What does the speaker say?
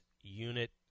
unit